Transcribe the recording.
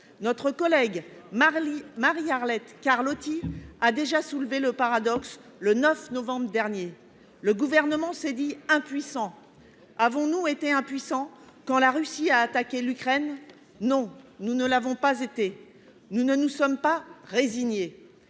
Notre collègue Marie-Arlette Carlotti a déjà soulevé ce paradoxe, le 9 novembre dernier. Le Gouvernement s'est dit impuissant : avons-nous été impuissants quand la Russie a attaqué l'Ukraine ? Non, nous ne nous sommes pas résignés